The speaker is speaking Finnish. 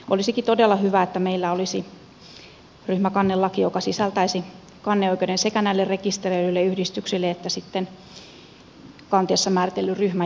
olisikin todella hyvä että meillä olisi ryhmäkannelaki joka sisältäisi kanneoikeuden sekä näille rekisteröidyille yhdistyksille että sitten kanteessa määritellyn ryhmän jäsenille